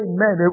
Amen